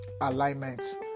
alignment